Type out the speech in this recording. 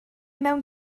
mewn